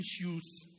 issues